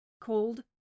called